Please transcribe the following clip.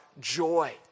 joy